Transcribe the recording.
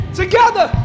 together